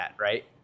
right